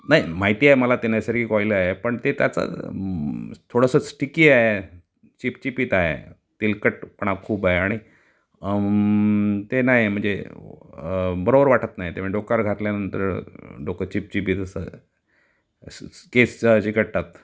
नाही माहित आहे मला ते नैसर्गिक ऑइल आहे पण ते त्याचा थोडासा स्टिकी आहे चिपचिपीत आहे तेलकटपणा खूप आहे आणि ते नाही म्हणजे बरोबर वाटत नाही ते मग हे डोक्यावर घातल्यानंतर डोकं चिपचिपीत असं तसेच केस चिकटतात